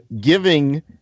giving